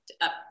up